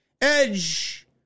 Edge